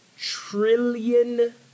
Trillion